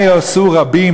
מה יעשו רבים,